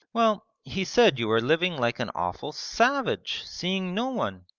well, he said you were living like an awful savage, seeing no one!